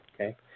Okay